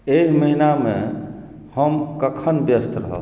एहि महीनामे हम कखन व्यस्त रहब